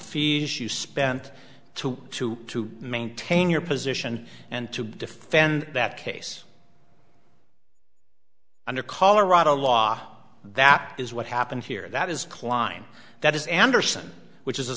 fees you spent to to to maintain your position and to defend that case under colorado law that is what happened here that is klein that is andersen which is a